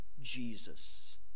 Jesus